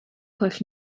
pwll